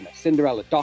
Cinderella